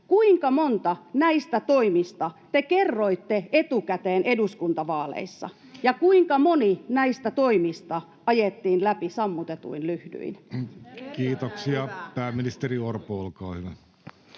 kuinka monta näistä toimista te kerroitte etukäteen eduskuntavaaleissa, ja kuinka moni näistä toimista ajettiin läpi sammutetuin lyhdyin? Kiitoksia. — Pääministeri Orpo, olkaa hyvä.